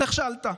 נכשלת.